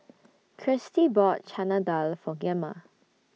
Kirstie bought Chana Dal For Gemma